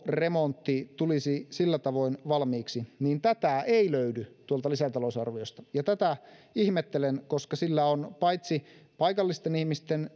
remontti tulisi sillä tavoin valmiiksi tätä ei löydy tuolta lisätalousarviosta ja tätä ihmettelen koska sillä on paitsi paikallisten ihmisten